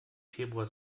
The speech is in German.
februar